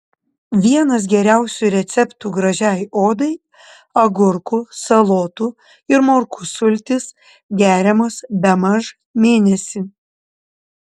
vienas geriausių receptų gražiai odai agurkų salotų ir morkų sultys geriamos bemaž mėnesį